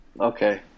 Okay